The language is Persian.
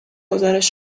گزارش